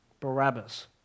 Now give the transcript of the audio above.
Barabbas